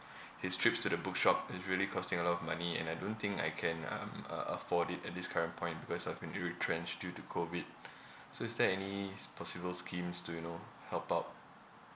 his trips to the bookshop is really costing a lot of money and I don't think I can uh um uh afford it at this current point because I've been retrenched due to COVID so is there any s~ possible schemes to you know help out